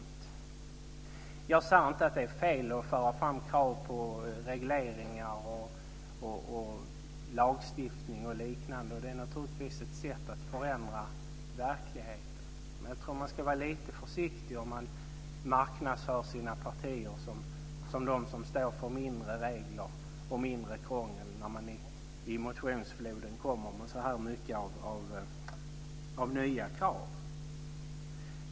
Jag säger inte att det är fel att föra fram krav på regleringar, lagstiftning och liknande. Det är naturligtvis ett sätt att förändra verkligheten. Men jag tror att man ska vara lite försiktig om man marknadsför sina partier som dem som står för mindre regler och mindre krångel när man i motionsfloden kommer med så många nya krav.